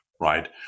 right